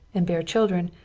and bear children,